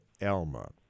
Elma